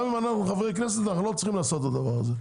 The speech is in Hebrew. גם אם אנחנו חברי כנסת אנחנו לא צריכים לעשות את הדבר הזה.